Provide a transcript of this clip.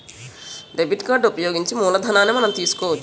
debit card ఉపయోగించి మూలధనాన్ని మనం తీసుకోవచ్చు